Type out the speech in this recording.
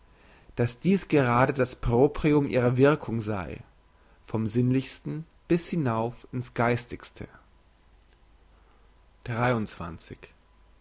dass dies gerade das proprium ihrer wirkung sei vom sinnlichsten bis hinauf in's geistigste